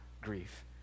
grief